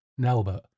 Nelbert